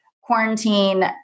quarantine